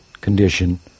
condition